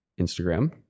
Instagram